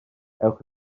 ewch